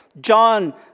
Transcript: John